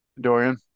Dorian